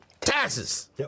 taxes